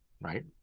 right